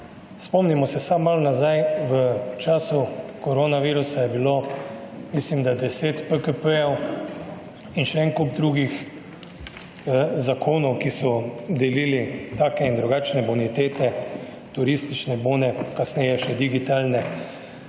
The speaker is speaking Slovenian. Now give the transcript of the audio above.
Spomnimo se samo malo nazaj v času koronavirusa je bilo mislim, da 10 PKP in še en kup drugih zakonov, ki so delili take in drugačne bonitete, turistične bone, kasneje še digitalne,